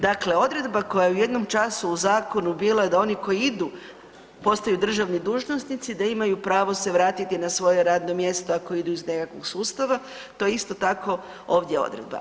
Dakle, odredba koja je u jednom času u zakonu bila da oni koji idu postaju državni dužnosnici da imaju pravo se vratiti na svoje radno mjesto ako idu iz nekakvog sustava, to je isto tako ovdje odredba.